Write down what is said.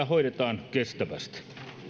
hoidetaan kestävästi